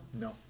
No